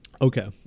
okay